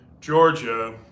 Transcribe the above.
Georgia